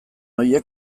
horiek